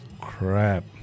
crap